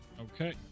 Okay